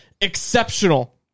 exceptional